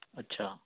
اچھا